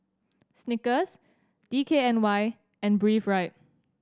Snickers D K N Y and Breathe Right